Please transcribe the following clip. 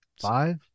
five